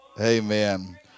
Amen